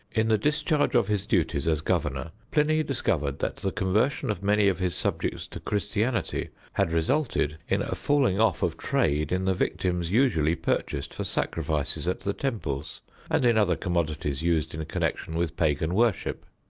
in the discharge of his duties as governor, pliny discovered that the conversion of many of his subjects to christianity had resulted in a falling off of trade in the victims usually purchased for sacrifices at the temples and in other commodities used in connection with pagan worship.